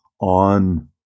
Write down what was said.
on